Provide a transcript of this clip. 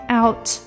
out